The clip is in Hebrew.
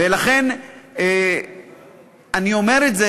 ולכן אני אומר את זה,